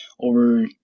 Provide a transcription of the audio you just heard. over